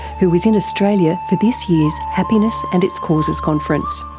who is in australia for this year's happiness and its causes conference.